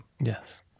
Yes